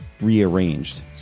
rearranged